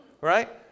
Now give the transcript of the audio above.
Right